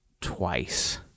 twice